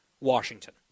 Washington